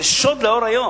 זה שוד לאור היום.